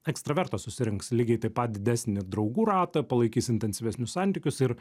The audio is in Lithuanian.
ekstravertas susirinks lygiai taip pat didesnį draugų ratą palaikys intensyvesnius santykius ir